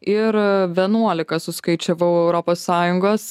ir vienuolika suskaičiavau europos sąjungos